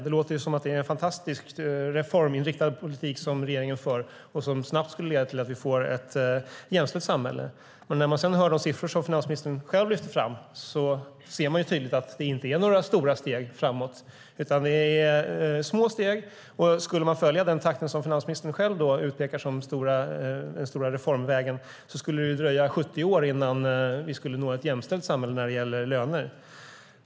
Det låter som att det är en fantastiskt reforminriktad politik regeringen för, som snabbt skulle leda till att vi får ett jämställt samhälle. När man sedan hör de siffror finansministern själv lyfte fram ser man ju tydligt att det inte är några stora steg framåt, utan det är små steg. Skulle vi följa den takt finansministern själv utpekar som den stora reformvägen skulle det dröja 70 år innan vi når ett jämställt samhälle när det gäller löner.